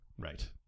right